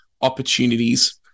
opportunities